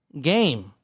game